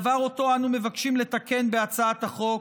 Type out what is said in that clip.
דבר שאותו אנו מבקשים לתקן בהצעת החוק,